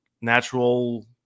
natural